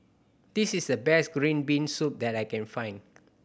this is the best green bean soup that I can find